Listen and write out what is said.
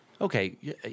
okay